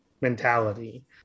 mentality